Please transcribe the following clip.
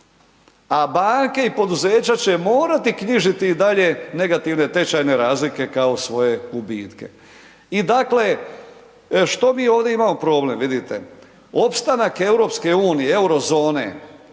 A banke i poduzeća će morati knjižiti i dalje negativne tečajne razlike kao svoje gubitke. I dakle, što mi ovdje imamo problem vidite, opstanak EU, euro zone